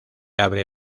abre